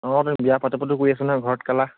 অ' বে বিয়া পাতো পাতো কৰি আছে নহয় ঘৰত